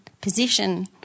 position